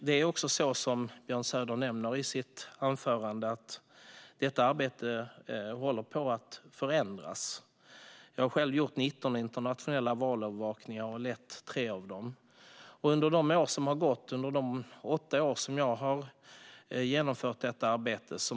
Det är också så att detta arbete håller på att förändras, vilket Björn Söder nämnde i sitt anförande. Jag har själv gjort 19 internationella valövervakningar och lett 3 av dem. Jag måste säga att förändringarna har gått ganska snabbt under de åtta år som jag har genomfört detta arbete.